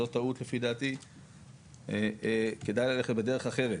זאת טעות לפי דעתי כדאי ללכת בדרך אחרת,